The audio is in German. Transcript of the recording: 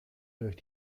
durch